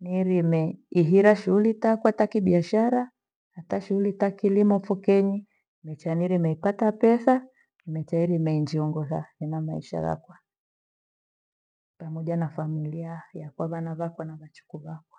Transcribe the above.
niirime ihira shughuli takwa ta kibiashara hata shughuli takilimo fukenyi necha nirime ipata pesa mechairime injiongoza ena maisha vakwa. Pamoja na familia yakwa vana vyakwa na vachukuu vakwa.